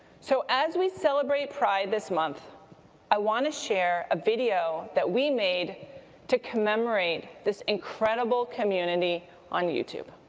so as we celebrate pride this month i want to share a video that we made to commemorate this incredible community on youtube.